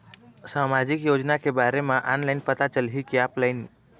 सामाजिक योजना के बारे मा ऑनलाइन पता चलही की ऑफलाइन?